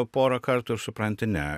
porą kartų ir supranti ne